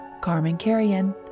CarmenCarrion